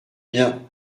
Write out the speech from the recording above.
bien